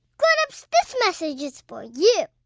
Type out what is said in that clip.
grown-ups, this message is for you